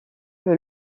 que